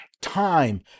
time